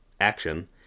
action